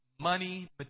money